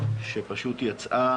שפשוט יצאה